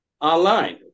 online